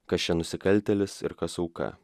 kas čia nusikaltėlis ir kas auka